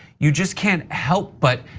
you just can't help but,